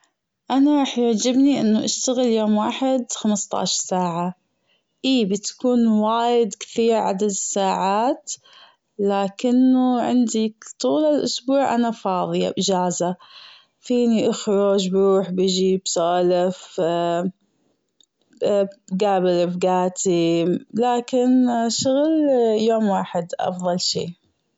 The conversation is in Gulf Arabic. أنا راح يعجبني أنه راح أشتغل يوم واحد خمستاشر ساعه أي بيكون وايد كثير عدد الساعات لكنه عندي طول الأسبوع أنا فاضية إجازة فينى أخرج بروح بجي بسولف بجابل رفجاتي لكن شغل يوم واحد أفضل شي.